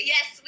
Yes